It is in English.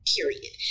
Period